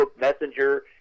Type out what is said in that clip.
Messenger